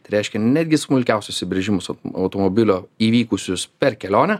tai reiškia netgi smulkiausius įbrėžimus automobilio įvykusius per kelionę